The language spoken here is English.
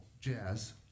jazz